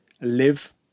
live